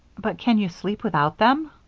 but can you sleep without them?